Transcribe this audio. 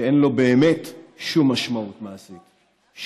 שאין לו באמת שום משמעות מעשית,